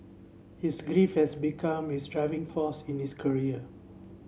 his grief has become his driving force in his career